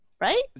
Right